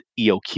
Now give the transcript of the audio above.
EOQ